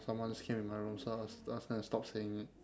someone just came in my room so I was I was gonna stop saying it